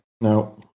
No